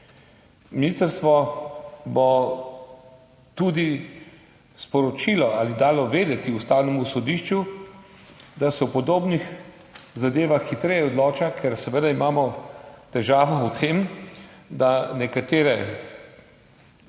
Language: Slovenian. Ministrstvo bo tudi sporočilo ali dalo vedeti Ustavnemu sodišču, da se o podobnih zadevah hitreje odloča, ker seveda imamo težavo v tem, da nekatere